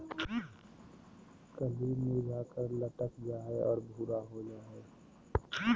कली मुरझाकर लटक जा हइ और भूरा हो जा हइ